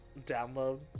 download